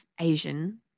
Asian